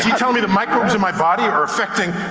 tell me the microbes in my body are affecting